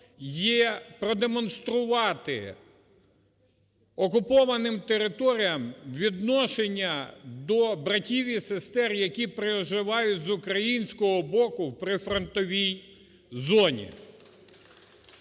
є продемонструвати окупованим територіям відношення до братів і сестер, які проживають з українського боку в прифронтовій зоні.